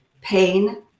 pain